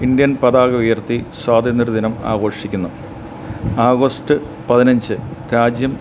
Indian പതാക ഉയർത്തി സ്വാതന്ത്ര്യ ദിനം ആഘോഷിക്കുന്നു ആഗസ്റ്റ് പതിനഞ്ച് രാജ്യം